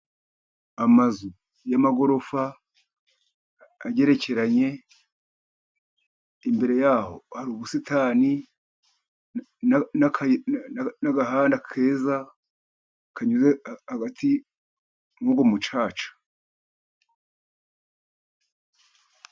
Amazu y'amagorofa agerekeranye, imbere y'aho hari ubusitani n'agahanda keza kanyuze hagati y'uwo mucaca.